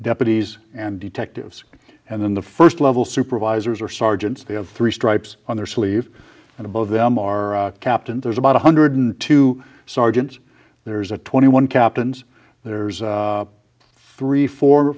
deputies and detectives and then the first level supervisors or sergeants they have three stripes on their sleeve and above them our captain there's about one hundred two sergeants there's a twenty one captains there's three four